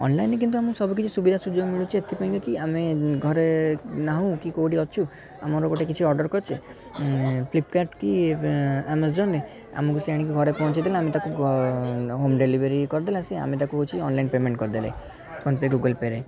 ଅନଲାଇନ୍ରେ କିନ୍ତୁ ଆମେ ସବୁ କିଛି ସୁବିଧା ସୁଯୋଗ ମିଳୁଛି ଏଥିପାଇଁ ଯେ କି ଆମେ ଘରେ ନାହୁଁ କି କେଉଁଠି ଅଛୁ ଆମର ଗୋଟେ କିଛି ଅର୍ଡ଼ର କରିଛେ ଫ୍ଲିପକାର୍ଟ୍ କି ଆମାଜୋନ୍ରେ ଆମକୁ ସେ ଆଣିକି ଘରେ ପହଞ୍ଚାଇ ଦେଲା ଆମେ ତାକୁ ହୋମ୍ ଡ଼େଲିଭରି କରିଦେଲା ସିଏ ଆମେ ତାକୁ କିଛି ଅନଲାଇନ୍ ପେମେଣ୍ଟ କରିଦେଲେ ଫୋନ ପେ ଗୁଗଲ୍ ପେ'ରେ